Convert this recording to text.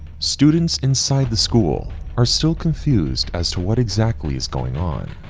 students inside the school are still confused as to what exactly is going on.